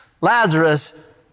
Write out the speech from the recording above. Lazarus